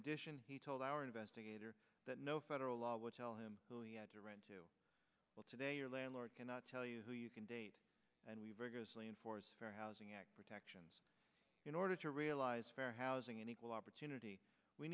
addition he told our investigator that no federal law would tell him that he had to run too well today your landlord cannot tell you who you can date and we've rigorously enforced fair housing act protections in order to realize fair housing and equal opportunity we